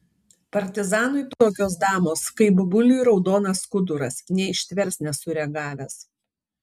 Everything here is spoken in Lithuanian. partizanui tokios damos kaip buliui raudonas skuduras neištvers nesureagavęs